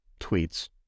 tweets